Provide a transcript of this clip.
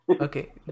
Okay